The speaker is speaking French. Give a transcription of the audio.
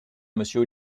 monsieur